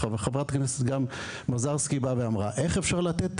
וחברת הכנסת מזרסקי אמרה: איך אפשר לתת